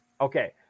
Okay